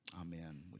Amen